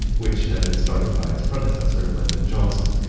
which had been started by his predecessor, lyndon johnson.